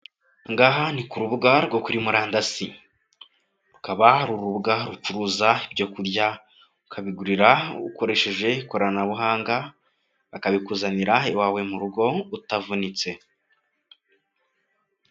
Ngaha ni kubuga rwo kuri murandasi rukaba ruruga rucuruza ibyo kurya ukabigura ukoresheje ikoranabuhanga bakabikuzanira iwawe mu rugo utavunitse.